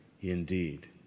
indeed